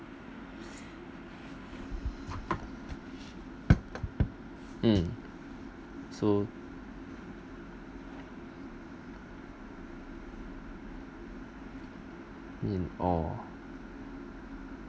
mm so in all